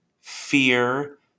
Fear